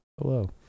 hello